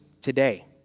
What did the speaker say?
today